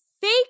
Fake